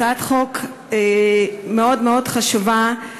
הצעת החוק היא מאוד מאוד חשובה,